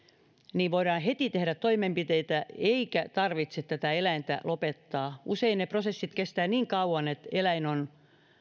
niin voidaan heti tehdä toimenpiteitä eikä tarvitse eläintä lopettaa usein ne prosessit kestävät niin kauan että eläin on